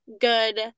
good